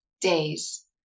days